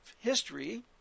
history